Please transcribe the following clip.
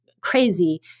crazy